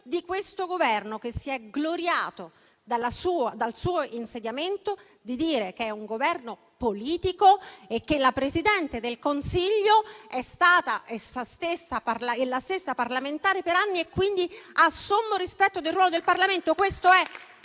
da questo Governo, che dal suo insediamento si è gloriato di dire che è un Governo politico e che la Presidente del Consiglio è stata lei stessa parlamentare per anni e quindi ha sommo rispetto del ruolo del Parlamento.